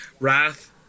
Wrath